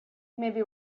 maybe